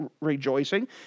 rejoicing